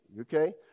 okay